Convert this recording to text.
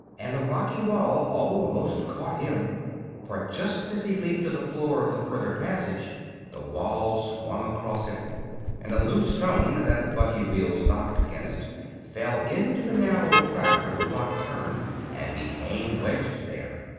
and the rocky wall almost caught him for just as he leaped to the floor of the further passage the wall swung across it and a loose stone that the buggy wheels knocked against fell into the narrow crack where the rock turned, and became wedged there.